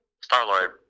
Star-Lord